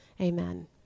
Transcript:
Amen